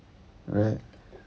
right